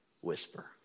whisper